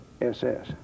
SS